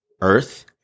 earth